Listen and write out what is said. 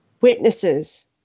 witnesses